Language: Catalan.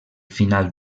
final